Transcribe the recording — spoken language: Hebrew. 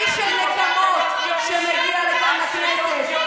איש של נקמות שמגיע לכנסת,